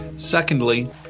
Secondly